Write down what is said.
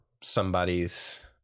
somebody's